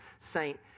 saint